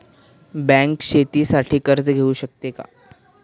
Bank शेतीसाठी कर्ज देऊ शकते का?